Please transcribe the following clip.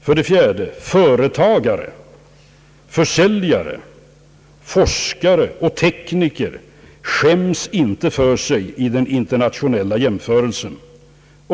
4) Företagare, försäljare, forskare och tekniker skäms inte för sig i den internationella jämförelsen.